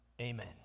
amen